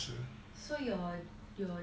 so your your